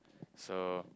so